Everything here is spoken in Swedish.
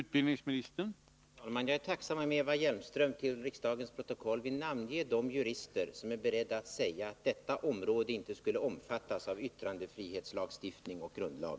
Herr talman! Jag är tacksam om Eva Hjelmström till riksdagens protokoll vill namnge de jurister som är beredda att säga att detta område inte skulle omfattas av yttrandefrihetslagstiftning och grundlag.